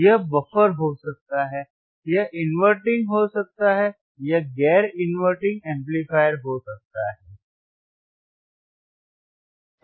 यह बफर हो सकता है यह इनवर्टिंग हो सकता है यह गैर इनवर्टिंग एम्पलीफायर हो सकता है